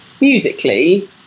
Musically